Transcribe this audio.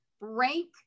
rank